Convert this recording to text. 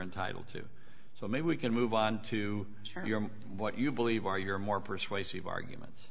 entitled to so maybe we can move on to your what you believe are your more persuasive arguments